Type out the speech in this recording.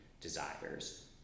desires